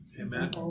amen